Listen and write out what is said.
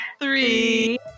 three